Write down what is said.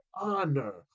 honor